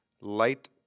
light